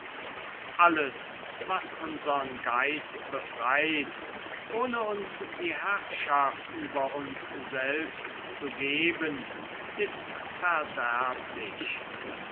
alles was unsern geist befreit ohne uns die herrschaft über uns selbst zu geben ist